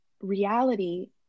reality